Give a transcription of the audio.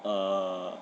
err